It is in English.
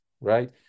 right